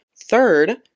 Third